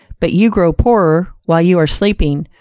but you grow poorer while you are sleeping,